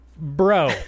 Bro